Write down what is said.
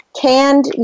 canned